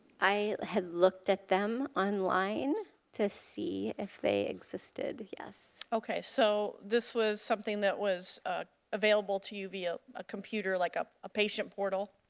i had looked at them online to see if they existed, yes. okay. so this was something that was available to you via a computer, like ah a patient portal?